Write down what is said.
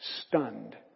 stunned